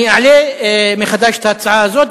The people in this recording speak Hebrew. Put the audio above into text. אני אעלה מחדש את ההצעה הזאת.